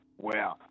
wow